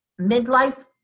midlife